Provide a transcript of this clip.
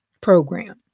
program